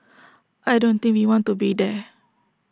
I don't think we want to be there